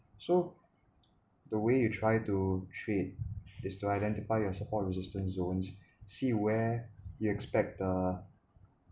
so the way you try to trade is to identify your support resistance zones see where you expect uh